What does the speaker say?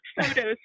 photos